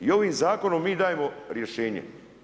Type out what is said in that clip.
I ovim Zakonom mi dajemo rješenje.